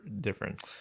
different